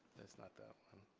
it's not that